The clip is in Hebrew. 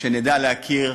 שנדע להכיר,